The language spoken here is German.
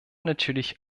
natürlich